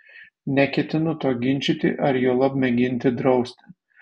neketinu to ginčyti ar juolab mėginti drausti